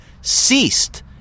ceased